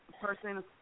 person